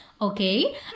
okay